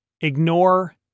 Ignore